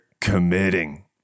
committing